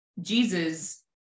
Jesus